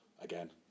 again